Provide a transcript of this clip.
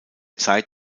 zeit